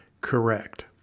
correct